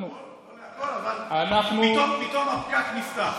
אנחנו, זה נכון, אבל פתאום הפקק נפתח.